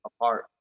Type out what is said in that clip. apart